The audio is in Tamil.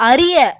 அறிய